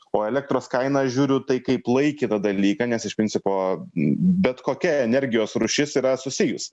o elektros kainą žiūriu tai kaip laikiną dalyką nes iš principo bet kokia energijos rūšis yra susijus